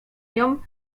nią